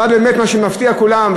אבל מה שבאמת מפתיע את כולם,